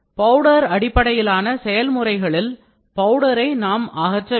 powder அடிப்படையிலான செயல்முறைகளில் பவுடரை நாம் அகற்ற வேண்டும்